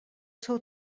seu